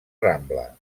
rambla